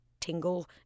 tingle